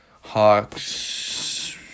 Hawks